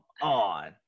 on